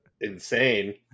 insane